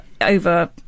over